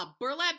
burlap